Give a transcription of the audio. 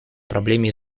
проблеме